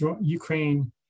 Ukraine